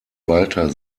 walter